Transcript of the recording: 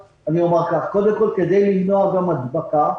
קודם כול, כדי למנוע הדבקה